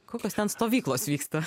kokios ten stovyklos vyksta